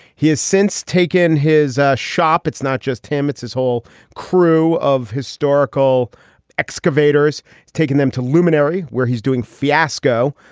he has since taken his shop. it's not just him, it's his whole crew of historical excavators taking them to luminary where he's doing fiasco.